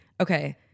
okay